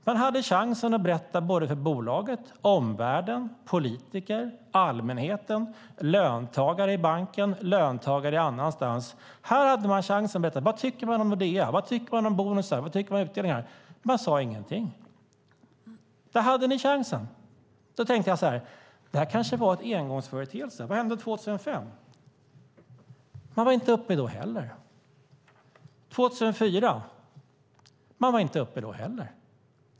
Man hade chansen att berätta för både bolaget, omvärlden, politiker, allmänheten, löntagare i banken och löntagare annanstans vad man tycker om Nordea, om bonusar och utdelningar. Man sade ingenting. Där hade man chansen. Jag tänkte att det kanske var en engångsföreteelse. Vad hände 2005? Man var inte uppe då heller. År 2004? Man var inte uppe då heller.